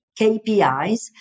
KPIs